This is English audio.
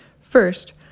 First